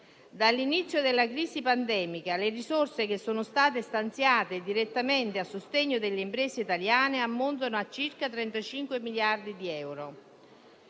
Dall'inizio della crisi pandemica le risorse che sono state stanziate direttamente a sostegno delle imprese italiane ammontano a circa 35 miliardi di euro.